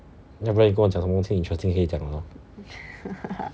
要不然你跟我讲什么东西 interesting 可以讲 lor